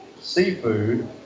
seafood